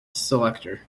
selector